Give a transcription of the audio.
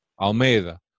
Almeida